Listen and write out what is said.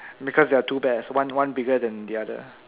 because there are two bears one one bigger than the other